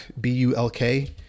B-U-L-K